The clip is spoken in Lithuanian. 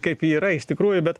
kaip ji yra iš tikrųjų bet